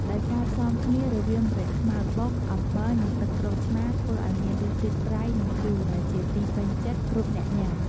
ដោយការផ្សំគ្នារវាង ម្រេចខ្មៅបុក អំបិល និងទឹកក្រូចឆ្មាធ្វើឲ្យមានរសជាតិប្រៃ និងជូរដែលជាទីពេញចិត្តគ្រប់អ្នកញុាំ។